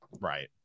right